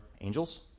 angels